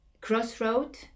crossroad